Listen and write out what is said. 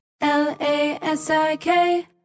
L-A-S-I-K